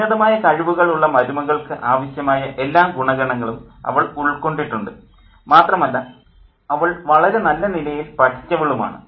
ഉന്നതമായ കഴിവുകളുള്ള മരുമകൾക്ക് ആവശ്യമായ എല്ലാ ഗുണഗണങ്ങളും അവൾ ഉൾക്കൊണ്ടിട്ടുണ്ട് മാത്രമല്ല അവൾ വളരെ നല്ല നിലയിൽ പഠിച്ചവളും ആണ്